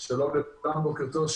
שלום לכולם, בוקר טוב.